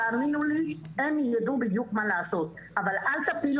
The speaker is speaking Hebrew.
תאמינו לי שהם ידעו בדיוק מה לעשות אבל אל תפילו